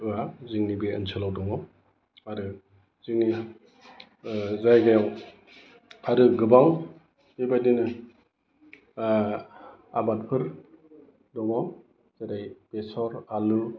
जोंनि बे ओनसोलाव दङ आरो जोंनि जायगायाव आरो गोबां बेबादिनो आबादफोर दङ जेरै बेसर आलु